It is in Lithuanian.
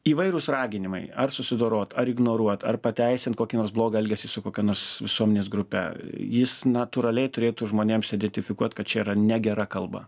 įvairūs raginimai ar susidorot ar ignoruot ar pateisint kokį nors blogą elgesį su kokia nors visuomenės grupe jis natūraliai turėtų žmonėms identifikuot kad čia yra negera kalba